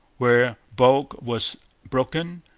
where bulk was broken,